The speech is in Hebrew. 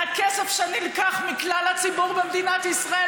על הכסף שנלקח מכלל הציבור במדינת ישראל